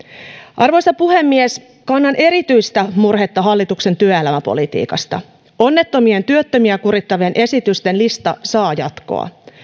arvoisa puhemies kannan erityistä murhetta hallituksen työelämäpolitiikasta onnettomien työttömiä kurittavien esitysten lista saa jatkoa